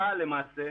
צבא הגנה לישראל,